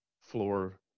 floor